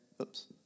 Oops